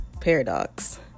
paradox